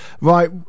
right